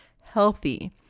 healthy